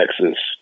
Texas